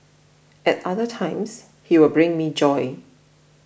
at other times he will bring me joy